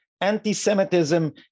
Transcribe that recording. anti-Semitism